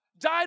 died